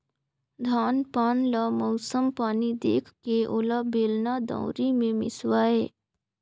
धान पान ल मउसम पानी देखके ओला बेलना, दउंरी मे मिसवाए